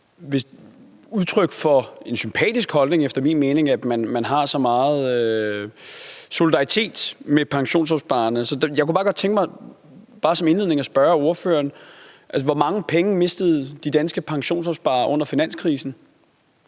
et udtryk for en sympatisk holdning, at man føler så meget solidaritet med pensionsopsparerne. Så jeg kunne som en indledning bare godt tænke mig at spørge ordføreren: Hvor mange penge mistede de danske pensionsopsparere under finanskrisen?